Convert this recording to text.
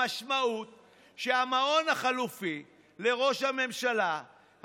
המשמעות היא שהמעון החלופי לראש הממשלה,